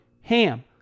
HAM